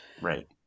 Right